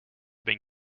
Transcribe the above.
been